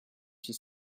she